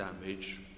damage